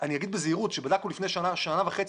בזהירות שכאשר בדקנו לפני שנה-שנה וחצי,